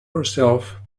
herself